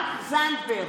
תמר זנדברג,